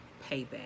payback